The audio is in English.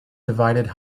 divided